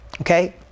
okay